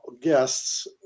guests